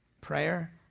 prayer